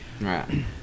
Right